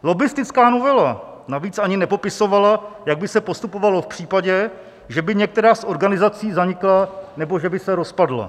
Lobbistická novela navíc ani nepopisovala, jak by se postupovalo v případě, že by některá z organizací zanikla nebo by se rozpadla.